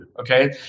Okay